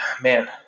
man